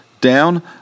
down